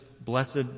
blessed